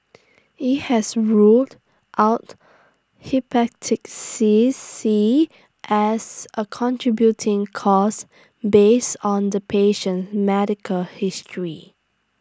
IT has ruled out hepatic seas C as A contributing cause based on the patient medical history